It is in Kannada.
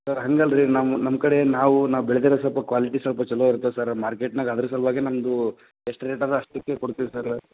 ಸರ್ ಹಾಗಲ್ರೀ ನಮ್ಮ ನಮ್ಮ ಕಡೆ ನಾವು ಬೆಳ್ದಿರೋದು ಸ್ವಲ್ಪ ಕ್ವಾಲಿಟಿ ಸ್ವಲ್ಪ ಚೊಲೋ ಇರ್ತದೆ ಸರ ಮಾರ್ಕೆಟ್ನಾಗೆ ಅದ್ರ ಸಲುವಾಗಿ ನಮ್ದು ಎಷ್ಟು ರೇಟ್ ಇದೆ ಅಷ್ಟಕ್ಕೆ ಕೊಡ್ತೀವಿ ಸರ್